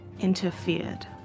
interfered